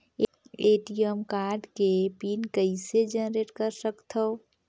ATM card के PIN कइसे generate कर सकथव?